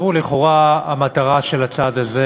לכאורה המטרה של הצעד הזה